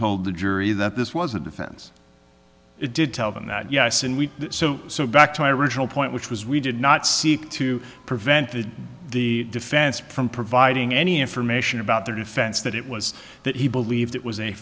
told the jury that this was a defense it did tell them that yes and we so back to my original point which was we did not seek to prevent the the defense from providing any information about their defense that it was that he believed it was a